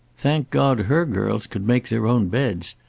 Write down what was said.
thank god her girls could make their own beds,